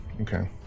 Okay